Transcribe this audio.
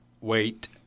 wait